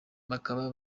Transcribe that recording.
bakaba